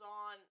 on